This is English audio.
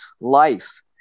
life